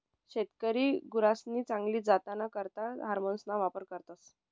शेतकरी गुरसनी चांगली जातना करता हार्मोन्सना वापर करतस